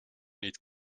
niet